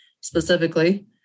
specifically